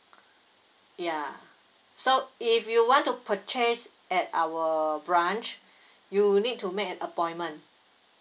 ya so if you want to purchase at our branch you need to make an appointment